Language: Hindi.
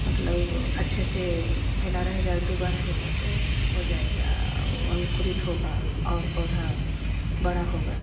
मतलब अच्छे से फैला रहेगा डूबा रहेगा तो जाएगा वह अंकुरित होगा और पौधा बड़ा होगा